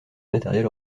matériel